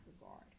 regard